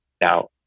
now